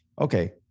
Okay